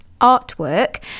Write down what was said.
artwork